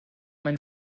mein